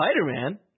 Spider-Man